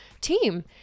team